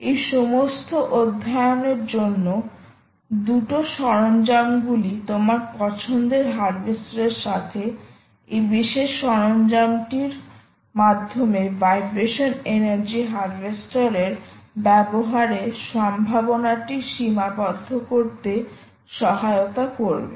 এই সমস্ত অধ্যয়নের জন্য 2 সরঞ্জামগুলি তোমার পছন্দের হারভেস্টার এর সাথে এই বিশেষ সরঞ্জামটির মাধ্যমে ভাইব্রেশন এনার্জি হারভেস্টারের ব্যবহারে সম্ভাবনাটি সীমাবদ্ধ করতে সহায়তা করবে